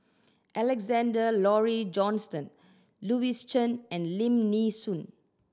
Alexander Laurie Johnston Louis Chen and Lim Nee Soon